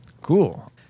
cool